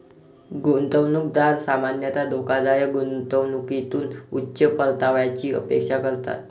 गुंतवणूकदार सामान्यतः धोकादायक गुंतवणुकीतून उच्च परताव्याची अपेक्षा करतात